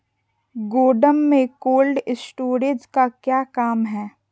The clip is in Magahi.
गोडम में कोल्ड स्टोरेज का क्या काम है?